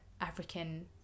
african